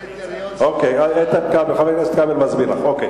את צריכה, אוקיי, חבר הכנסת כבל מסביר לךְ.